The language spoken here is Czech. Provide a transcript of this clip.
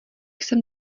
jsem